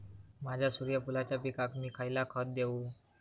माझ्या सूर्यफुलाच्या पिकाक मी खयला खत देवू?